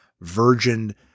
virgin